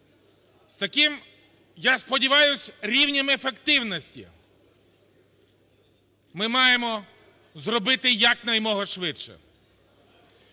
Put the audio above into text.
з таким, я сподіваюсь, рівнем ефективності, ми маємо зробити якомога швидше.